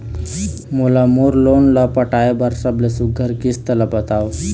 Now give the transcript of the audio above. मोला मोर लोन ला पटाए बर सबले सुघ्घर किस्त ला बताव?